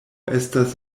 estas